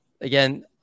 again